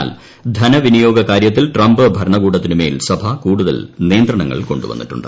എന്നാൽ ്ഥ്നവിനിയോഗ കാര്യത്തിൽ ട്രംപ് ഭരണകൂടത്തിനുമേൽ സഭ കൂടുതൽ നിയന്ത്രണങ്ങൾ കൊണ്ടുവന്നിട്ടുണ്ട്